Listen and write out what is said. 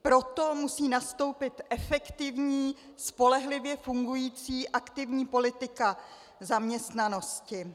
Proto musí nastoupit efektivní, spolehlivě fungující aktivní politika zaměstnanosti.